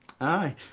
Aye